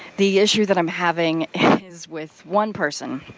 the issue that i'm having is with one person.